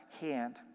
hand